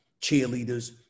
cheerleaders